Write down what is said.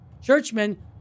churchmen